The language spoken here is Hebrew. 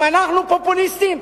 אם אנחנו פופוליסטים,